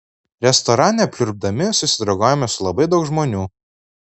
restorane pliurpdami susidraugavome su labai daug žmonių